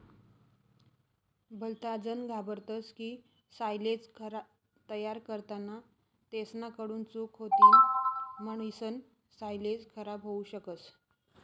भलताजन घाबरतस की सायलेज तयार करताना तेसना कडून चूक होतीन म्हणीसन सायलेज खराब होवू शकस